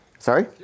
Sorry